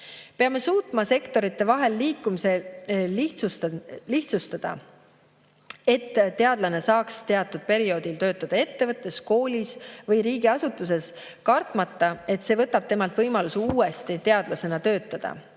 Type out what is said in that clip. Peame suutma sektorite vahel liikumist lihtsustada, et teadlane saaks teatud perioodil töötada ettevõttes, koolis või riigiasutuses, kartmata, et see võtab temalt võimaluse uuesti teadlasena töötada.